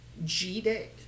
G-Day